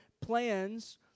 plans